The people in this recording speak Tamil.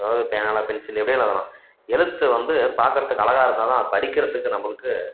அதாவது பேனாவில் பென்சிலில் எப்படி வேணால் எழுதலாம் எழுத்து வந்து பார்க்கறதுக்கு அழகாக இருந்தால் தான் படிக்கிறதுக்கு நம்மளுக்கு